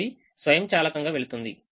ఇది స్వయంచాలకంగా వెళుతుంది